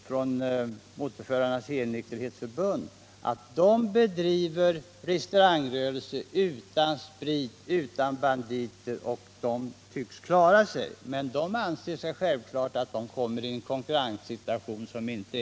Från Motorförarnas helnykterhetsförbunds sida har framhållits att man bedriver restaurangrörelse utan sprit och banditer, men att man klarar sig ändå.